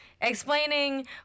explaining